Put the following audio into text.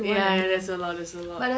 ya ya there's a lot there's a lot